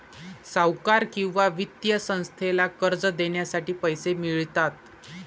सावकार किंवा वित्तीय संस्थेला कर्ज देण्यासाठी पैसे मिळतात